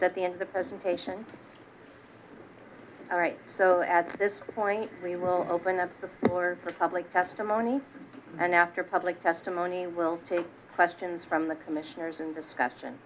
at the end of the presentation all right so at this point we will open up the door for public testimony and after public testimony we'll take questions from the commissioners and discussion